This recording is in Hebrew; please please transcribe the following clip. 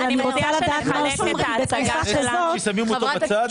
אבל אני רוצה לדעת מה עושים בתקופה כזאת,